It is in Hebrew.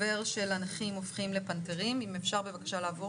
דובר של "הנכים הופכים לפנתרים", בבקשה.